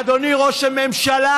אדוני ראש הממשלה,